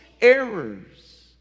errors